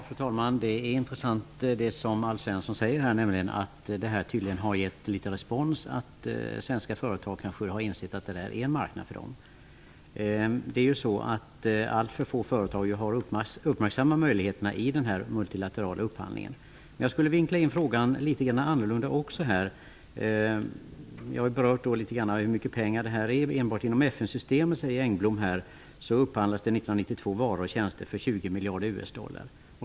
Fru talman! Det som Alf Svensson säger är intressant, att man har fått respons från svenska företag. De inser kanske att detta är en marknad för dem. Allt för få företag har uppmärksammat möjligheterna i den multilaterala upphandlingen. Jag vill också diskutera frågan ur en annan synvinkel. Jag har litet grand berört hur mycket pengar det rör sig om. Enligt Göran Engblom upphandlades det 1992 enbart inom FN-systemet varor och tjänster för 20 miljarder US-dollar.